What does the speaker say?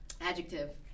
adjective